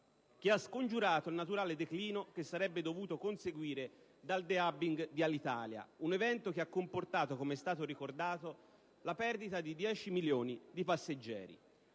che ha scongiurato il naturale declino che sarebbe dovuto conseguire dal *de-hubbing* di Alitalia, un evento che ha comportato - come è stato ricordato - la perdita di 10 milioni di passeggeri.